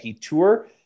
tour